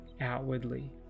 outwardly